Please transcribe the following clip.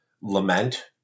lament